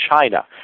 China